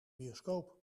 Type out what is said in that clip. bioscoop